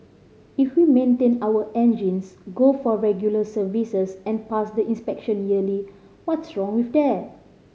if we maintain our engines go for regular services and pass the inspection yearly what's wrong with that